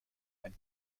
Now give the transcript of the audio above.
ein